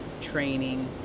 training